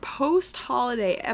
post-holiday